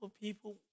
People